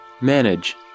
Manage